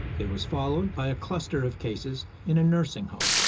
it was followed by a cluster of cases in a nursing home.